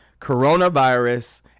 coronavirus